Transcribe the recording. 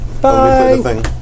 Bye